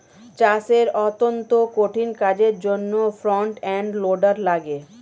চাষের অত্যন্ত কঠিন কাজের জন্যে ফ্রন্ট এন্ড লোডার লাগে